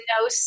no